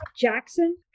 Jackson